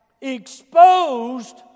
exposed